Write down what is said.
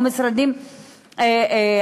או משרדים אחרים,